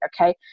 okay